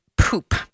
poop